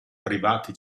privati